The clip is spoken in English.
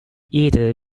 either